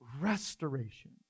restoration